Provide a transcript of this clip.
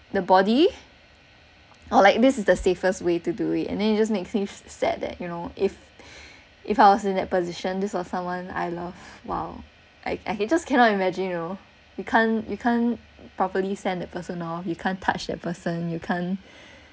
the body or like this is the safest way to do it and then it just makes me sad that you know if if I was in that position this was someone I love while I I just cannot imagine you know you can't you can't properly send the person off you can't touch that person you can't